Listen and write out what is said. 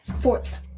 Fourth